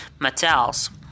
Mattels